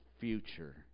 future